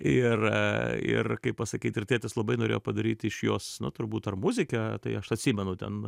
ir ir kaip pasakyt ir tėtis labai norėjo padaryti iš jos turbūt ar muzikę tai aš atsimenu ten